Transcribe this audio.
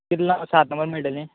कितल्या सात नंबर मेळटलीं